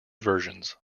versions